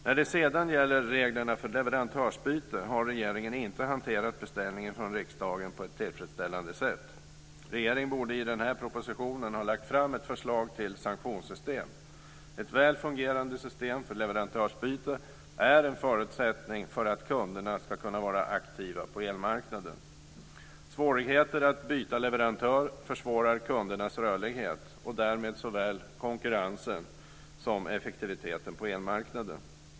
När det sedan gäller reglerna för leverantörsbyte har regeringen inte hanterat beställningen från riksdagen på ett tillfredsställande sätt. Regeringen borde i denna proposition ha lagt fram ett förslag till sanktionssystem. Ett väl fungerande system för leverantörsbyte är en förutsättning för att kunderna ska kunna vara aktiva på elmarknaden. Svårigheter att byta leverantör minskar kundernas rörlighet, och därmed minskar såväl konkurrensen som effektiviteten på elmarknaden.